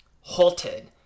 halted